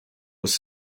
was